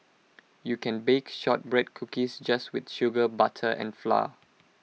you can bake Shortbread Cookies just with sugar butter and flour